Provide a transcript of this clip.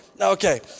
Okay